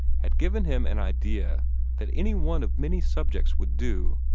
had given him an idea that any one of many subjects would do,